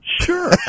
Sure